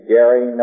Gary